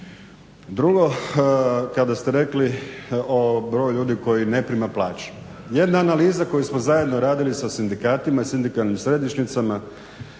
Drugo, kada ste rekli o broju ljudi koji ne prima plaću. Jedna analiza koju smo zajedno radili sa sindikatima i sindikalnim središnjicama